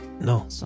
No